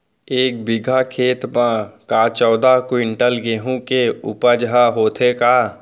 एक बीघा खेत म का चौदह क्विंटल गेहूँ के उपज ह होथे का?